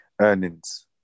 earnings